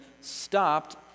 stopped